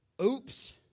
Oops